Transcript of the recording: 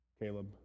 Caleb